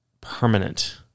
permanent